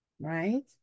right